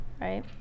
right